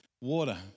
water